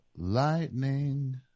Lightning